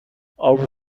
over